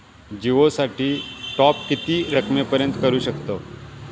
जिओ साठी टॉप किती रकमेपर्यंत करू शकतव?